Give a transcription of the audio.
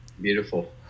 Beautiful